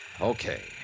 Okay